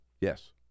Yes